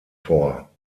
vor